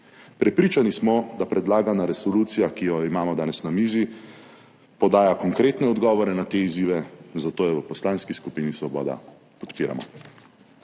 Prepričani smo, da predlagana resolucija, ki jo imamo danes na mizi, podaja konkretne odgovore na te izzive, zato jo v Poslanski skupini Svoboda podpiramo.